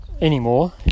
anymore